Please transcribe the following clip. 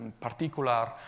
particular